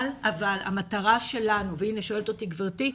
אבל המטרה שלנו והנה שואלת אותי גברתי,